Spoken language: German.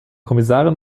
kommissarin